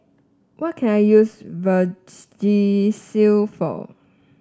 what can I use Vagisil for